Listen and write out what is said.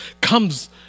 comes